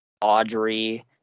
Audrey